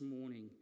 morning